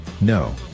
No